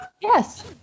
Yes